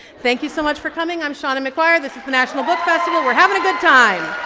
thank you so much for coming i'm seanan mcguire, this is the national book festival, we're having a good time.